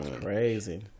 Crazy